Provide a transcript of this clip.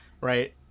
right